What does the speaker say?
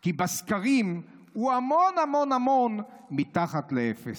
כי בסקרים הוא המון המון המון מתחת לאפס.